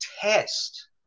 test